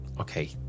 Okay